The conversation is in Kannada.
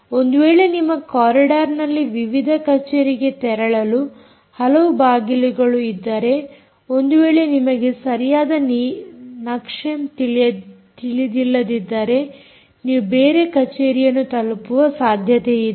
ಒಂದು ವೇಳೆ ನಿಮ್ಮ ಕಾರಿಡಾರ್ನಲ್ಲಿ ವಿವಿಧ ಕಚೇರಿಗೆ ತೆರಳಲು ಹಲವು ಬಾಗಿಲುಗಳು ಇದ್ದರೆ ಒಂದು ವೇಳೆ ನಿಮಗೆ ಸರಿಯಾದ ನಕ್ಷೆ ತಿಳಿದಿಲ್ಲದಿದ್ದರೆ ನೀವು ಬೇರೆ ಕಚೇರಿಯನ್ನು ತಲುಪುವ ಸಾಧ್ಯತೆಯಿದೆ